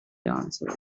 answered